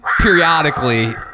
periodically